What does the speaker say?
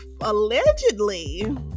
allegedly